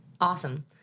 Awesome